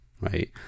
right